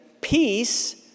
Peace